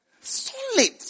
Solid